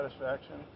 satisfaction